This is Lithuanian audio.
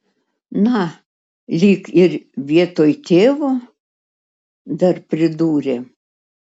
na lyg ir vietoj tėvo dar pridūrė